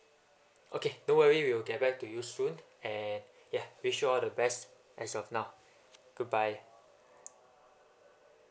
okay don't worry we will get back to you soon and yeuh wish you all the best as of now goodbye